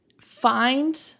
find